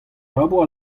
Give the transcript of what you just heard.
labour